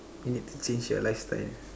you need to change your lifestyle